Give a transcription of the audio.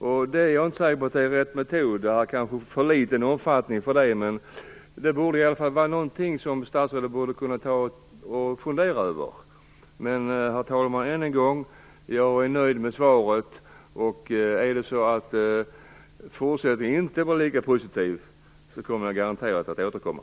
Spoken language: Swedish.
Jag är inte säker på om detta är rätt metod här. Omfattningen är kanske för liten, men det borde i alla fall vara någonting för statsrådet att fundera över. Herr talman! Jag är nöjd med svaret. Om inte fortsättningen blir lika positiv kommer jag garanterat att återkomma.